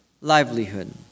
livelihood